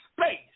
space